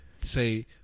say